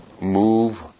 move